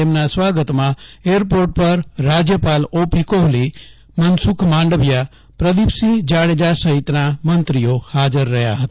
તેમના સ્વાગતમાં એરપોર્ટ પર રાજ્યપાલ ઓપી કોહલી તેમજ મનસુખ માંડવિયા પ્રદિપસિંહ જાડેજા સહિતના મંત્રીઓ હાજર રહ્યા હતા